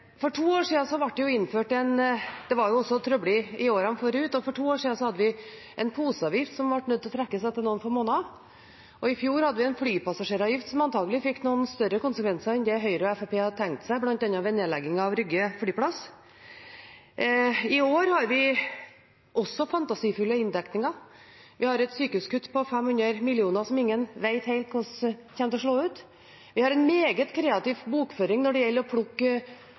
For to år siden hadde vi en poseavgift som en ble nødt til å trekke etter noen få måneder. I fjor hadde vi en flypassasjeravgift som antakelig fikk større konsekvenser enn det Høyre og Fremskrittspartiet hadde tenkt seg, bl.a. nedleggingen av Rygge flyplass. I år har vi også fantasifulle inndekninger. Vi har et sykehuskutt på 500 mill. kr som ingen vet hvordan kommer til å slå ut. Vi har en meget kreativ bokføring når det gjelder å faseforskyve veiprosjekt i distriktene. Ingen vet helt hva det betyr. Det er mulig det betyr at en